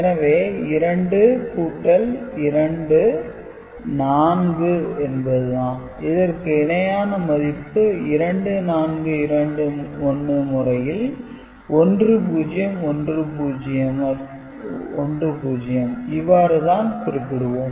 எனவே 2 கூட்டல் 2 4 என்பது தான் இதற்கு இணையான மதிப்பு 2421 முறையில் 1010 ஐ இவ்வாறு தான் குறிப்பிடுவோம்